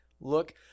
look